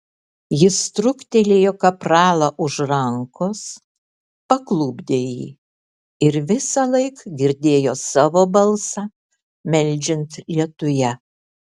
jis trūktelėjo kapralą už rankos paklupdė jį ir visąlaik girdėjo savo balsą meldžiant lietuje